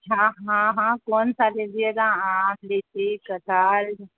ہاں ہاں ہاں کون سا لیجیے گا آم لیچی کٹہل